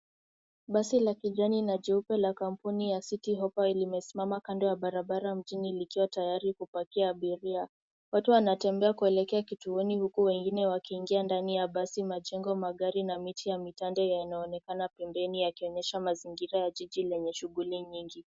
Basi la kijani na jeupe la kampuni ya citi hooper limesimama kando ya barabara mjini likiwa tayari kupakia abiria. Watu wanatembea kuelekea kituoni huku wengine wakiingia ndani ya basi. Majengo, magari na miti ya mitande yanaonekana pembeni yakionyesha mazingira ya jiji lenye shughuli nyingi.